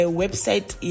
website